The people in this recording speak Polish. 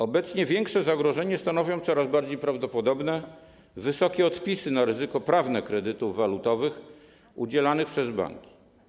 Obecnie większe zagrożenie stanowią coraz bardziej prawdopodobne wysokie odpisy na ryzyko prawne kredytów walutowych udzielanych przez banki.